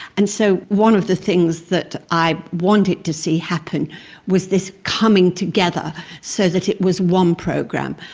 and so one of the things that i wanted to see happen was this coming together so that it was one program.